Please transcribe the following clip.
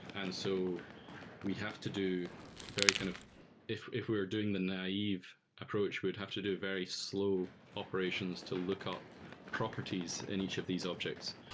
and so we have to do very kind of if if we're doing the naive approach, we'd have to do very slow operations to look up properties in each of these objects.